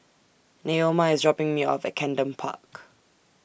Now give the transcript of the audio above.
Neoma IS dropping Me off At Camden Park